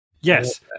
yes